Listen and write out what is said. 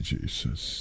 Jesus